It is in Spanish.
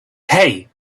hey